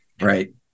Right